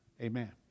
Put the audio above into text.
amen